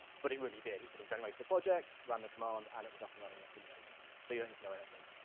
but it really did, it sort of generated a project, ran the command, and it was up and running in a simulator. so you don't need to know anything,